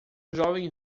jovem